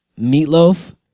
meatloaf